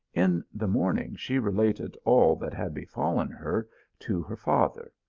in the morning she related all that had befallen her to her father.